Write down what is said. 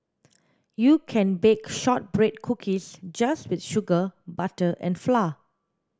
you can bake shortbread cookies just with sugar butter and flour